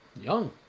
young